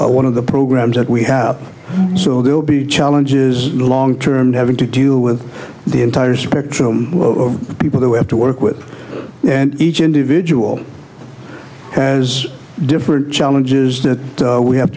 to one of the programs that we have so there will be challenges in the long term having to deal with the entire spectrum of people who have to work with and each individual has different challenges that we have